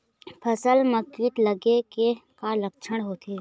फसल म कीट लगे के का लक्षण होथे?